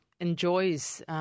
enjoys